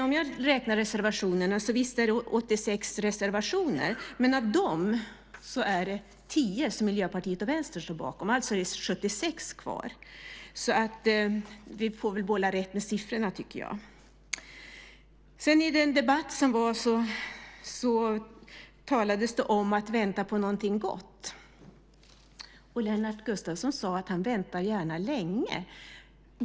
Om jag räknar reservationerna är det visserligen 86 reservationer, men av dem är det tio som Miljöpartiet och Vänstern står bakom. Det är alltså 76 kvar. Vi får väl hålla rätt på siffrorna. I debatten talades det om att vänta på något gott. Lennart Gustavsson sade att han gärna väntar länge.